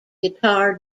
guitar